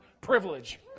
privilege